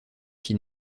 qui